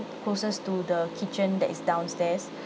closest to the kitchen that is downstairs